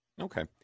Okay